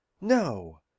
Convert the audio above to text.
No